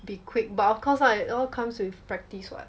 be quick but of course lah it all comes with practice [what]